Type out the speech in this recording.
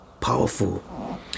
powerful